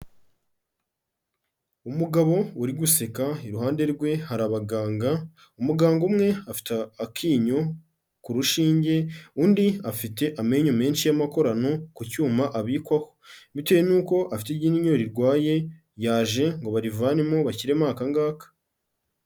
Umugabo uri guseka iruhande rwe hari abaganga, umuganga umwe afite akinyo ku rushinge undi afite amenyo menshi y'amakorano ku cyuma abikwaho, bitewe nuko afite iryanyo rirwaye yaje ngo barivanemo bashyiremo aka ngaka.